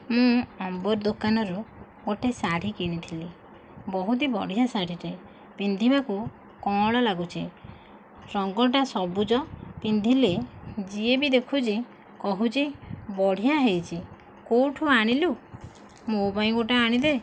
ମୁଁ ଅମ୍ବର ଦୋକାନରୁ ଗୋଟିଏ ଶାଢ଼ୀ କିଣିଥିଲି ବହୁତ ହି ବଢିଆ ଶାଢ଼ୀଟିଏ ପିନ୍ଧିବାକୁ କଅଁଳ ଲାଗୁଛି ରଙ୍ଗଟା ସବୁଜ ପିନ୍ଧିଲେ ଯିଏ ବି ଦେଖୁଛି କହୁଛି ବଢିଆ ହୋଇଛି କେଉଁଠୁ ଆଣିଲୁ ମୋ ପାଇଁ ଗୋଟିଏ ଆଣିଦେ